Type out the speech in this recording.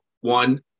one